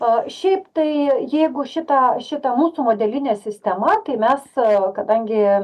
o šiaip tai jeigu šitą šitą mūsų modelinė sistema tai mes kadangi